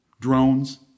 drones